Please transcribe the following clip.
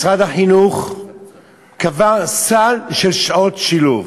משרד החינוך קבע סל של שעות שילוב,